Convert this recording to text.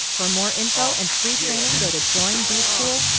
for more info and free training go to joinbschool